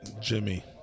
Jimmy